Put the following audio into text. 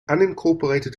unincorporated